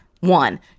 One